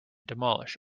demolish